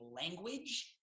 language